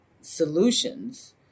solutions